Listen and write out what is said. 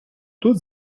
тут